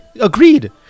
Agreed